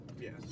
yes